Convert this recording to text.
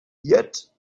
yet